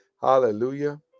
Hallelujah